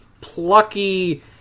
plucky